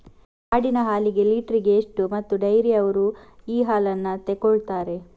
ಆಡಿನ ಹಾಲಿಗೆ ಲೀಟ್ರಿಗೆ ಎಷ್ಟು ಮತ್ತೆ ಡೈರಿಯವ್ರರು ಈ ಹಾಲನ್ನ ತೆಕೊಳ್ತಾರೆ?